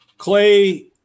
Clay